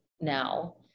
now